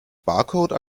barcode